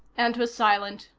and was silent.